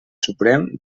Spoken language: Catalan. suprem